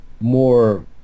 more